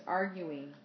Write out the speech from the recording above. arguing